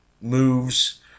moves